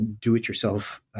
do-it-yourself